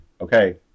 okay